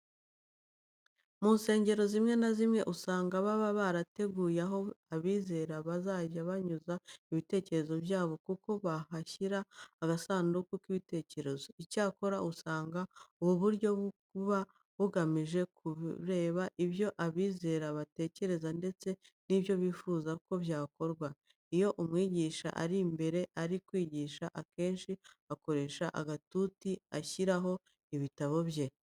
Mu nsengero zimwe na zimwe usanga baba barateguye aho abizera bazajya banyuza ibitekerezo byabo, kuko bahashyira agasanduku k'ibitekerezo. Icyakora usanga ubu buryo buba bugamije kureba ibyo abizera batekereza ndetse n'ibyo bifuza ko byakosorwa. Iyo umwigisha ari imbere ari kwigisha akenshi akoresha agatuti ashyiraho ibitabo bye.